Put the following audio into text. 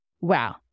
Wow